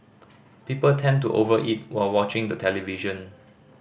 people tend to over eat while watching the television